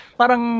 parang